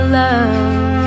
love